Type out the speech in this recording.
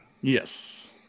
Yes